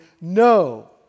no